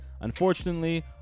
Unfortunately